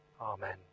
Amen